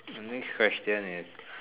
the next question is